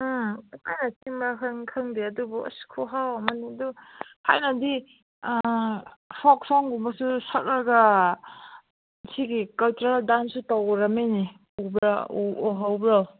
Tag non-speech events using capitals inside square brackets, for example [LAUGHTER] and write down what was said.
[UNINTELLIGIBLE] ꯈꯪꯗꯦ ꯑꯗꯨꯕꯨ ꯑꯁ ꯈꯨꯍꯥꯎ ꯑꯃꯅꯤ ꯑꯗꯨ ꯊꯥꯏꯅꯗꯤ ꯐꯣꯛ ꯁꯣꯡꯒꯨꯝꯕꯁꯨ ꯁꯛꯂꯒ ꯁꯤꯒꯤ ꯀꯜꯆꯔꯦꯜ ꯗꯥꯟꯁꯁꯨ ꯇꯧꯔꯝꯃꯤꯅꯦ ꯎꯍꯧꯕ꯭ꯔꯣ